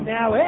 Now